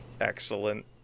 Excellent